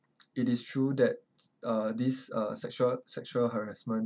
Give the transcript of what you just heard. it is true that uh this uh sexual sexual harassment